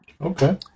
okay